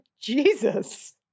Jesus